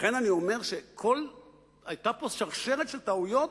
לכן אני אומר שהיתה פה שרשרת של טעויות,